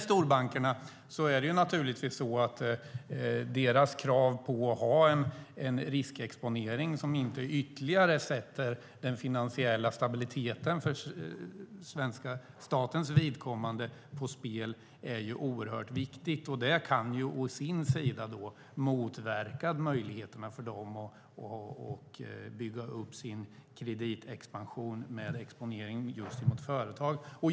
Storbankernas krav på riskexponering som inte ytterligare sätter den finansiella stabiliteten för svenska statens vidkommande på spel är oerhört viktig. Det kan å sin sida motverka möjligheterna för dem att bygga upp sin kreditexpansion med exponering mot företag.